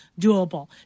doable